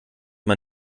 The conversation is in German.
man